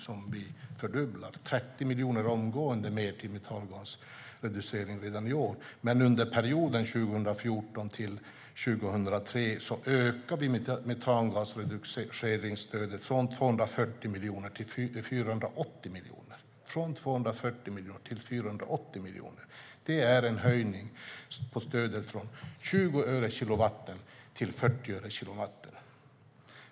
Det blir omgående 30 miljoner mer till metangasreducering redan i år. Men under perioden 2014-2023 ökar vi stödet för metangasreducering från 240 miljoner till 480 miljoner. Det är alltså fråga om 20 öre per kilowattimme till 40 öre per kilowattimme.